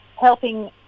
helping